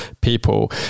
people